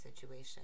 situation